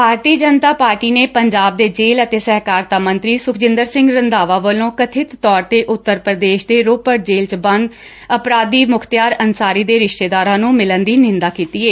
ਭਾਰਤੀ Janata party ਨੇ ਪੰਜਾਬ ਦੇ jail ਅਤੇ ਸਹਿਕਾਰਤਾ ਮੰਤਰੀ ਸੁਖਜਿੰਦਰ ਸਿੰਘ ਰੰਧਾਵਾ ਵਲੋਂ ਕਬਿਤ ਤੌਰ ਤੇ ਉਂਤਰ ਪੁਦੇਸ਼ ਦੇ ਰੋਪੜ ਜੇਲੁ 'ਚ ਬੰਦ ਅਪਰਾਧੀ ਮੁਖਤਾਰ ਅੰਸਾਰੀ ਦੇ ਰਿਸ਼ਤੇਦਾਰਾ ਨੂੰ ਮਿਲਣ ਦੀ ਨਿੰਦਾ ਕੀਤੀ ਏ